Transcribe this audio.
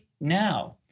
now